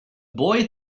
boy